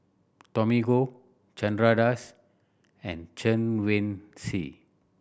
Tommy Koh Chandra Das and Chen Wen Hsi